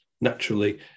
naturally